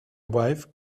wife